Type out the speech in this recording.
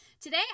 Today